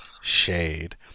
Shade